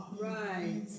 Right